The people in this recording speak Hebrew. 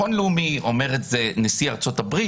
אומר את זה נשיא ארצות הברית,